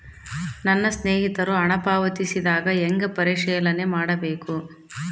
ನನ್ನ ಸ್ನೇಹಿತರು ಹಣ ಪಾವತಿಸಿದಾಗ ಹೆಂಗ ಪರಿಶೇಲನೆ ಮಾಡಬೇಕು?